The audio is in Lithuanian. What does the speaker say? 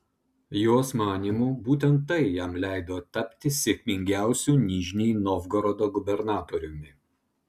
jos manymu būtent tai jam leido tapti sėkmingiausiu nižnij novgorodo gubernatoriumi